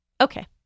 okay